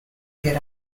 get